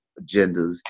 agendas